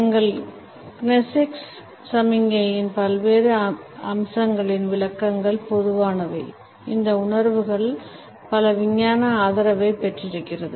எங்கள் கினெசிக்ஸ் சமிக்ஞைகளின் பல்வேறு அம்சங்களின் விளக்கங்கள் பொதுவானவை இந்த உணர்வுகள் பல விஞ்ஞான ஆதரவைப் பெற்றிருக்கிறது